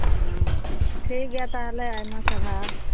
ᱦᱮᱸ ᱴᱷᱤᱠ ᱜᱮᱭᱟ ᱛᱟᱦᱚᱞᱮ ᱟᱭᱢᱟ ᱥᱟᱨᱦᱟᱣ